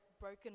Broken